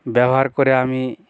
ব্যবহার করে আমি